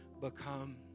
become